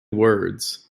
words